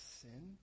sin